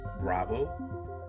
Bravo